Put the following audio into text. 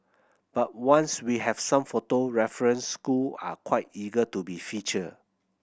but once we have some photo references school are quite eager to be featured